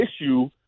issue